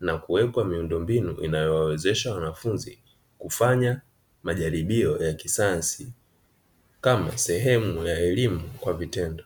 na kuwekwa miundo mbinu inayowawezesha wanafunzi kufanya majaribio ya kisayansi kama sehemu ya elimu kwa vitendo.